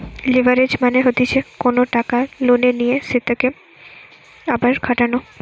leverage মানে হতিছে কোনো টাকা লোনে নিয়ে সেতকে আবার খাটানো